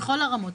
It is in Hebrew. בכל הרמות,